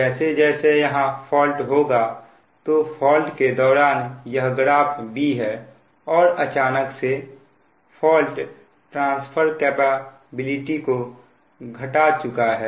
जैसे जैसे यहां फॉल्ट होगा तो फॉल्ट के दौरान यह ग्राफ B है और अचानक से फॉल्ट ट्रांसफर कैपेबिलिटी घट चुकी है